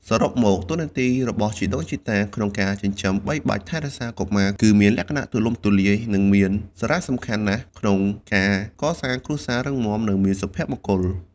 សរុបមក តួនាទីរបស់ជីដូនជីតាក្នុងការចិញ្ចឹមបីបាច់ថែរក្សាកុមារគឺមានលក្ខណៈទូលំទូលាយ និងមានសារៈសំខាន់ណាស់ក្នុងការកសាងគ្រួសាររឹងមាំ និងមានសុភមង្គល។